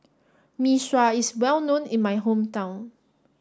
Mee Sua is well known in my hometown